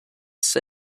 say